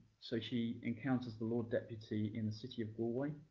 so she encounters the lord deputy in the city of galway.